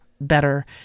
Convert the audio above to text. better